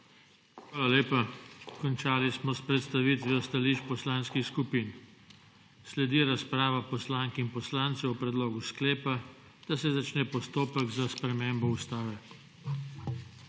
Hvala lepa. Končali smo s predstavitvijo stališč poslanskih skupin. Sledi razprava poslank in poslancev o predlogu sklepa, da se začne postopek za spremembo ustave.